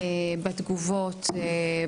בית משפט שיעמוד לצידנו וידאג לזכויות הבסיסיות.